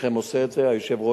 חלקכם עושה את זה, היושב-ראש